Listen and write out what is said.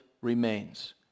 remains